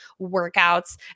workouts